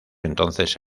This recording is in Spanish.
entonces